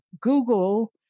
Google